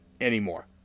anymore